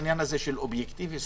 אינהרנטי.